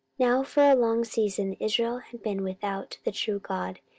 now for a long season israel hath been without the true god,